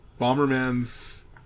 Bomberman's